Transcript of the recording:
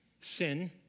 sin